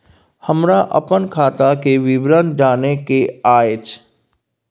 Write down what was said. हमरा अपन खाता के विवरण जानय के अएछ?